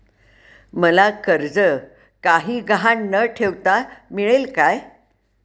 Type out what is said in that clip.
मला कर्ज काही गहाण न ठेवता मिळेल काय?